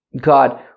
God